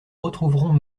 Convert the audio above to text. retrouverons